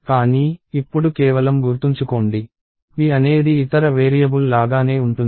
కానీ ఇప్పుడు కేవలం గుర్తుంచుకోండి p అనేది ఇతర వేరియబుల్ లాగానే ఉంటుంది